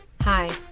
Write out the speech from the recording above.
hi